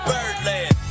Birdland